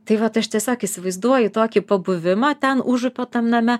tai vat aš tiesiog įsivaizduoju tokį pabuvimą ten užupio tam name